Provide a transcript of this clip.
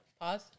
pause